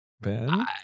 Ben